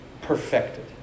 perfected